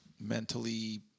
mentally